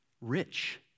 rich